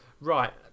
Right